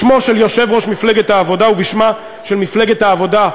בשמו של יושב-ראש מפלגת העבודה ובשמה של מפלגת העבודה,